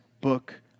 book